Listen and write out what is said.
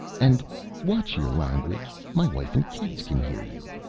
and watch your language my wife and kids can hear you